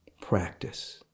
practice